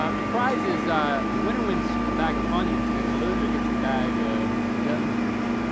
ah the prize is the winner wins a bag of funyuns and the loser gets a bag of dumb-yuns.